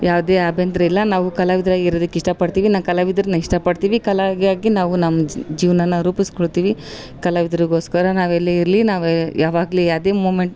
ಯಾವುದೇ ಅಭ್ಯಂತ್ರಯಿಲ್ಲ ನಾವು ಕಲಾವಿದರಾಗೆ ಇರೋದಕ್ ಇಷ್ಟ ಪಡ್ತೀವಿ ನಾ ಕಲಾವಿದ್ರನ್ನು ಇಷ್ಟ ಪಡ್ತೀವಿ ಕಲೆಗಾಗಿ ನಾವು ನಮ್ಮ ಜೀವನನ ರೂಪಿಸ್ಕೊಳ್ತಿವಿ ಕಲಾವಿದರಗೋಸ್ಕರ ನಾವು ಎಲ್ಲೇ ಇರಲಿ ನಾವು ಯಾವಾಗ್ಲು ಅದೇ ಮುಮೆಂಟ್